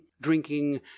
drinking